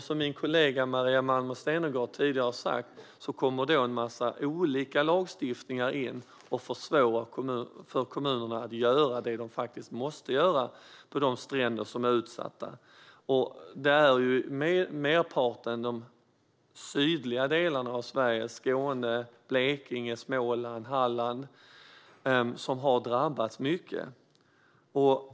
Som min kollega Maria Malmer Stenergard tidigare har sagt kommer då en massa olika lagstiftningar in och försvårar för kommunerna att göra det de måste göra för de stränder som är utsatta. Merparten finns i de sydliga delarna av Sverige: Skåne, Blekinge, Småland och Halland. Det är de som har drabbats mycket.